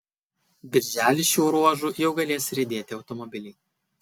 birželį šiuo ruožu jau galės riedėti automobiliai